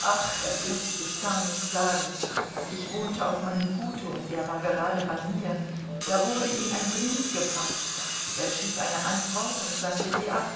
ach das läßt sich gar nicht sagen ich wohnte auf meinem gute und er war gerade bei mir da wurde ihm ein brief gebracht er schrieb eine antwort und sandte sie ab